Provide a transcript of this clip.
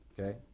Okay